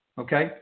Okay